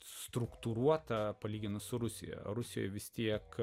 struktūruota palyginus su rusija rusijoje vis tiek